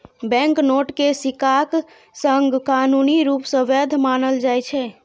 banknote कें सिक्काक संग कानूनी रूप सं वैध मानल जाइ छै